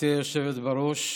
גברתי היושבת בראש,